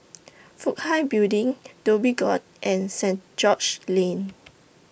Fook Hai Building Dhoby Ghaut and Saint George's Lane